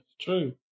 true